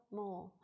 more